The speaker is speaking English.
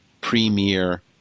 premier